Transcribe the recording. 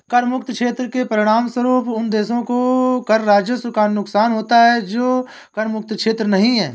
कर मुक्त क्षेत्र के परिणामस्वरूप उन देशों को कर राजस्व का नुकसान होता है जो कर मुक्त क्षेत्र नहीं हैं